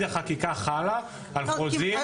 החקיקה חלה על חוזים שנכרתים ממועד התחילה.